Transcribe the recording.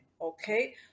okay